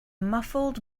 muffled